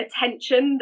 Attention